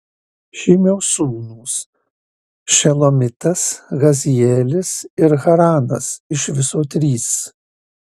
šimio sūnūs šelomitas hazielis ir haranas iš viso trys